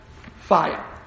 fire